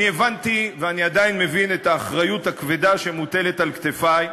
אני הבנתי ואני עדיין מבין את האחריות הכבדה שמוטלת על כתפי,